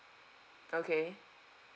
okay